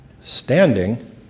standing